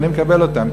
ואני מקבל אותם.